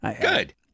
Good